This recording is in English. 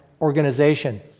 organization